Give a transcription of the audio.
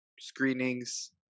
screenings